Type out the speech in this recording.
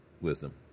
Wisdom